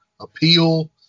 appeal